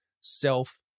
Self